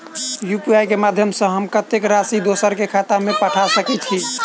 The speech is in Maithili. यु.पी.आई केँ माध्यम सँ हम कत्तेक राशि दोसर केँ खाता मे पठा सकैत छी?